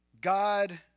God